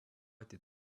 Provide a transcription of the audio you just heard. était